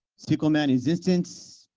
sql managed instance,